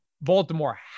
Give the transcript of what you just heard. Baltimore